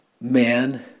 man